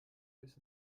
biss